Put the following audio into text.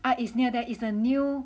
it is near there it's a new